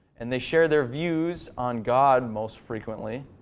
and they share their views on god most frequently.